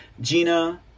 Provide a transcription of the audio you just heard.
Gina